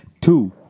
Two